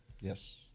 Yes